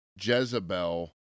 Jezebel